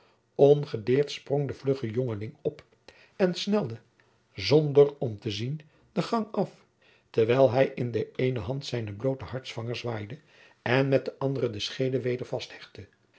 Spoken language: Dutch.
ongedeerd sprong de vlugge jongeling op en snelde zonder om te zien den gang af terwijl hij in de eene hand zijnen blooten hartsvanger zwaaide en met de andere de schede weder vasthechtte